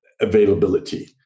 availability